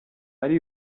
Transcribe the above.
ari